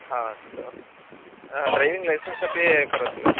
हा अस्तु driving licence अपि करोति वा